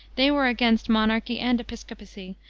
they were against monarchy and episcopacy,